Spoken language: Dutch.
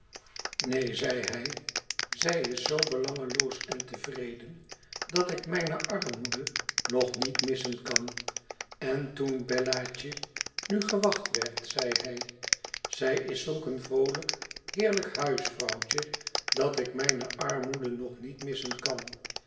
neen zei hij t zij is zoo belangeloos en tevreden dat ik mijne armoede no niet missen kan n toen bellaae nu gewacht werd zei hij tzijiszulk een vroolijk heerlijk huisvrouw dat ik mijne armoede nog niet missen kan